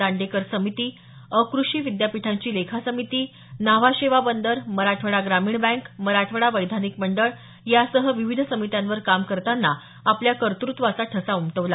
दांडेकर समिती अक्रषी विद्यापीठांची लेखासमिती न्हावा शेवा बंदर मराठवाडा ग्रामीण बँक मराठवाडा वैधानिक मंडळ यासह विविध समित्यांवर काम करताना आपल्या कर्तृत्वाचा ठसा उमटवला